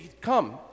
Come